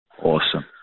Awesome